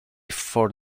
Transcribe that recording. for